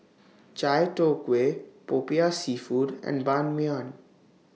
Chai Tow Kway Popiah Seafood and Ban Mian